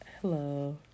Hello